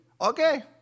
okay